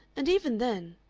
and even then